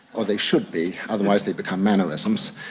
or they should be, otherwise they become mannerisms,